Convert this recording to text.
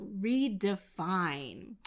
redefine